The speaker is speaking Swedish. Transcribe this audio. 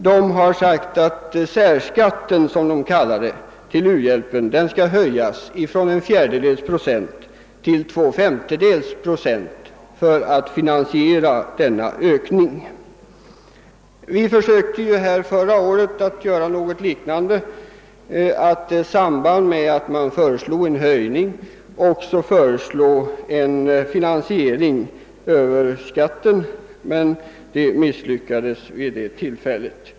Den har framhålit att särskatten till u-hjälpen, såsom norrmännen kallar skatten i fråga, skall höjas från 14 till 2/; procent för att finansiera ökningen. Förra året försökte vi att göra någonting liknande genom att i samband med förslag om en höjning också framlägga förslag om en finansiering över skatten, men det misslyckades vid det tillfället.